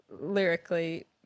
lyrically